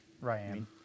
Ryan